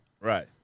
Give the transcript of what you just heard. Right